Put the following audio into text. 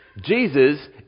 Jesus